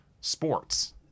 sports